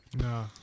No